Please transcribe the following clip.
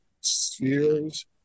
spheres